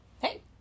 hey